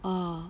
ah